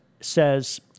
says